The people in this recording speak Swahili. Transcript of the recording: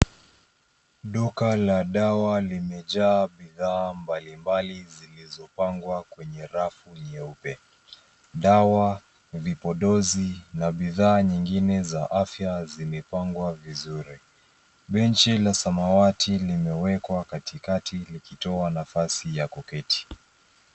Duka la dawa limejaa bidhaa mbalimbali zilizopangwa kwenye rafu nyeupe. Dawa, vipodozi na bidhaa nyingine za afya zimepangwa vizuri. Benchi la samawati limewekwa katikati likitoa nafasi ya kuketi.